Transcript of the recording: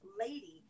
lady